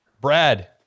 Brad